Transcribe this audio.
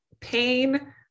pain